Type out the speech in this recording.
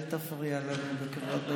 אל תפריע לנו בקריאות ביניים,